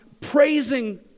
praising